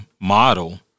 model